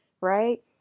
right